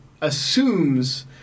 assumes